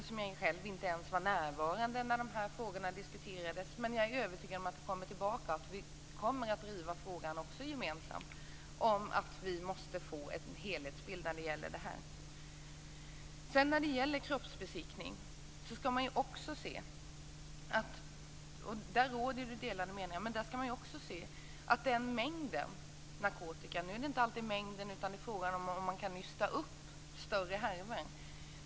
Jag var själv inte ens närvarande när de här frågorna diskuterades, men jag är övertygad om att de kommer tillbaka och om att vi gemensamt kommer att driva frågan om att vi måste få en helhetsbild när det gäller det här. När det gäller kroppsbesiktning råder det delade meningar, men där skall man ju också se på mängden narkotika. Nu är det inte alltid mängden det gäller utan frågan är om man kan nysta upp större härvor.